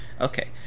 Okay